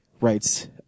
writes